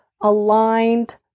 aligned